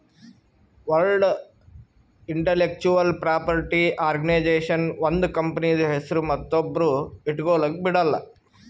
world intellectual property organisation ಒಂದ್ ಕಂಪನಿದು ಹೆಸ್ರು ಮತ್ತೊಬ್ರು ಇಟ್ಗೊಲಕ್ ಬಿಡಲ್ಲ